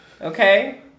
okay